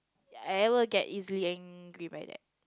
I will get easily angry by that